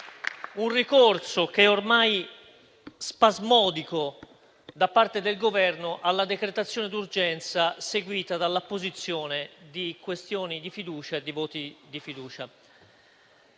un ricorso ormai spasmodico da parte del Governo alla decretazione d'urgenza, seguita dall'apposizione di questioni di fiducia e di voti di fiducia.